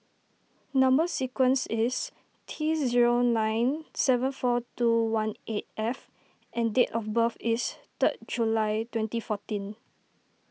Number Sequence is T zero nine seven four two one eight F and date of birth is third July twenty fourteen